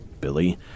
Billy